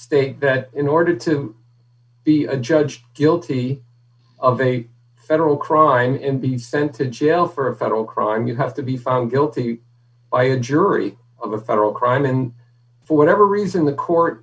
state that in order to be a judge guilty of a federal crime and be sent to jail for a federal crime you have to be found guilty by a jury of a federal crime and for whatever reason the court